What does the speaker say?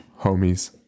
homies